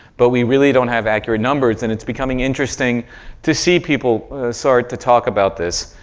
but we really don't have accurate numbers. and it's becoming interesting to see people start to talk about this